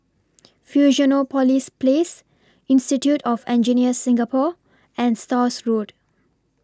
Fusionopolis Place Institute of Engineers Singapore and Stores Road